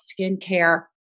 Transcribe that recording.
skincare